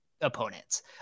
opponents